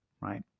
Right